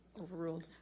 Overruled